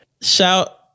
Shout